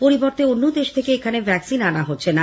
পরিবর্তে অন্য দেশ থেকে এখানে ভ্যাকসিন আনা হচ্ছে না